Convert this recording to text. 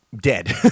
dead